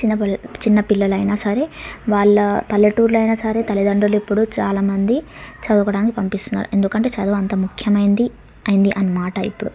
చిన్నపిల్లల చిన్నపిల్లల అయినా సరే వాళ్ళ పల్లెటూరిలోనైనా సరే తల్లిదండ్రులు ఇప్పుడు చాలా మంది చదువుకోవడానికి పంపిస్తున్నారు ఎందుకంటే చదువు అంత ముఖ్యమైనది అయ్యింది అన్నమాట ఇప్పుడు